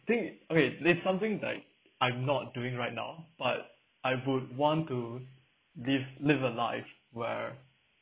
think okay this is something like I'm not doing right now but I would want to live live a life where